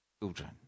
children